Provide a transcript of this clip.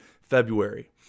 February